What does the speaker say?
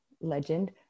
legend